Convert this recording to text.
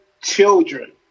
children